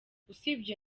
usibye